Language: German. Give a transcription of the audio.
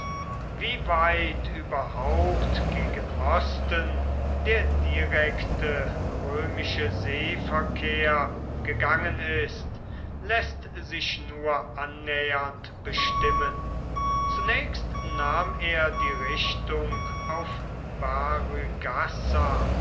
wie weit überhaupt gegen osten der direkte römische seeverkehr gegangen ist läßt sich nur annähernd bestimmen zunächst nahm er die richtung auf